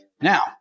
Now